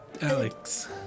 Alex